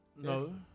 No